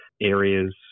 areas